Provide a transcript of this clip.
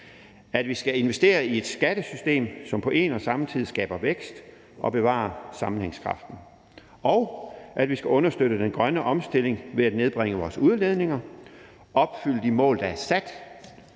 at vi skal investere i et skattesystem, som på en og samme tid skaber vækst og bevarer sammenhængskraften, og at vi skal understøtte den grønne omstilling ved at nedbringe vores udledninger, opfylde de mål, der er sat,